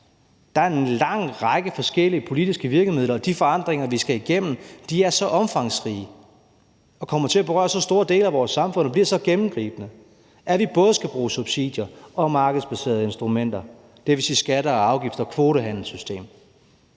Der er en lang række forskellige politiske virkemidler, og de forandringer, vi skal igennem, er så omfangsrige og kommer til at berøre så store dele af vores samfund og bliver så gennemgribende, at vi både skal bruge subsidier og markedsbaserede instrumenter, dvs. skatter og afgifter, og et kvotehandelssystem